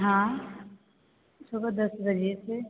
हाँ सुबह दस बजे से